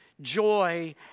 joy